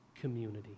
community